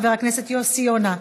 חבר הכנסת יוסי יונה,